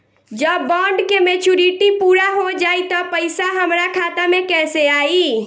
जब बॉन्ड के मेचूरिटि पूरा हो जायी त पईसा हमरा खाता मे कैसे आई?